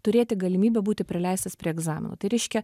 turėti galimybę būti prileistas prie egzaminų tai reiškia